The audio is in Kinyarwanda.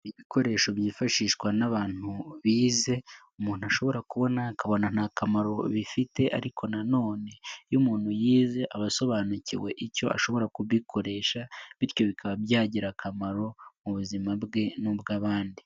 Ibikoresho byifashishwa n'abantu bize, umuntu ashobora kubona akabona nta kamaro bifite ariko nanone iyo umuntu yize aba asobanukiwe icyo ashobora kubikoresha bityo bikaba byagira akamaro mu buzima bwe n'ubw'abandi.